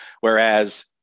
Whereas